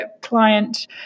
client